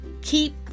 keep